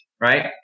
right